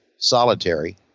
solitary